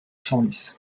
senlis